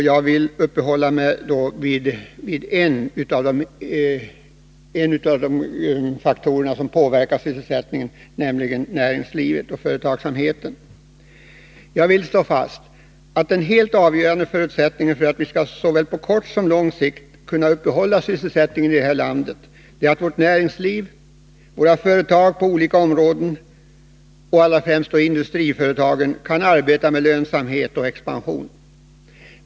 Jag vill uppehålla mig vid en av de faktorer som i hög grad påverkar sysselsättningen, nämligen näringslivet och företagsamheten. Jag vill slå fast att den helt avgörande förutsättningen för att vi på såväl kort som lång sikt skall kunna upprätthålla sysselsättningen i detta land är att vårt näringsliv och våra företag på olika områden — allra främst industriföretagen — kan arbeta med lönsamhet och expansion.